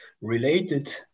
related